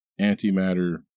antimatter